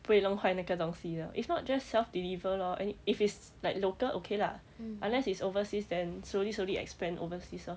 不会弄坏那个东西的 if not just self deliver lor I mean if it's like local okay lah unless it's overseas then slowly slowly expand overseas lor